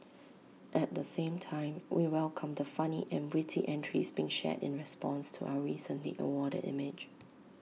at the same time we welcome the funny and witty entries being shared in response to our recently awarded image